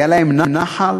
היה להם נחל